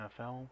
NFL